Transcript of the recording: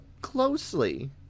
closely